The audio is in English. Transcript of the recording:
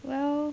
well